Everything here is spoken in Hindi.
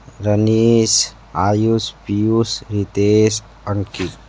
रजनीश आयुष पीयुष रीतेश अंकित